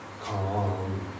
calm